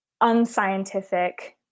unscientific